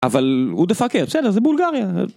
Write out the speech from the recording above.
אבל הוא דפק... זה בולגריה.